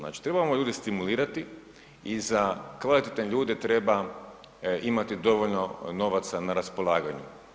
Znači trebamo ljude stimulirati i za kvalitetne ljude treba imati dovoljno novaca na raspolaganju.